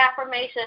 affirmation